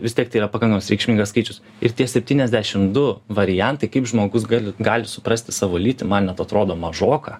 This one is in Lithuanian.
vis tiek tai yra pakankamas reikšmingas skaičius ir tie septyniasdešim du variantai kaip žmogus gali gali suprasti savo lytį man net atrodo mažoka